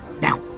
Now